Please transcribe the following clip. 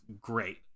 great